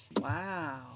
Wow